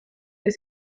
est